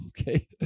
okay